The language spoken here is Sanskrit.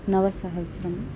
नवसहस्रम्